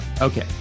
okay